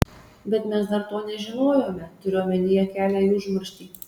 bet mes dar to nežinojome turiu omenyje kelią į užmarštį